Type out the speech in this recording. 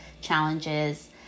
challenges